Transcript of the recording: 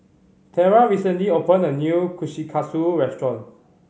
Terra recently opened a new Kushikatsu restaurant